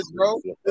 bro